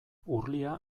urlia